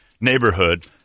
neighborhood